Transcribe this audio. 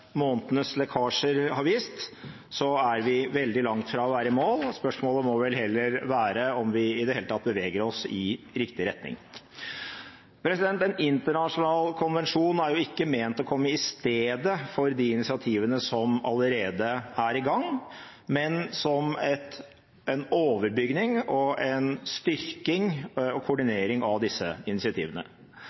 månedenes lekkasjer har vist, er vi veldig langt fra å være i mål. Spørsmålet må vel heller være om vi i det hele tatt beveger oss i riktig retning. En internasjonal konvensjon er jo ikke ment å komme i stedet for de initiativene som allerede er i gang, men som en overbygning og en styrking og koordinering av disse initiativene.